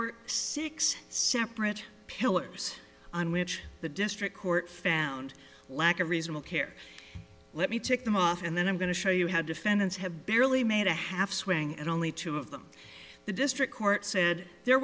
were six separate pillars on which the district court found lack of reasonable care let me take them off and then i'm going to show you how defendants have barely made a half swing at only two of them the district court said there